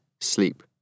sleep